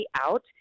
out